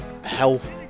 health